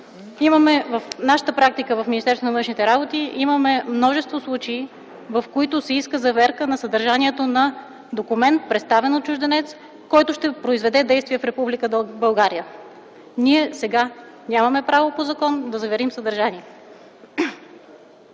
84. В нашата практика в Министерството на външните работи имаме множество случаи, в които се иска заверка на съдържанието на документ, представен от чужденец, който ще произведе действие в Република България. Ние сега нямаме право по закон да заверим съдържание.